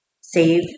save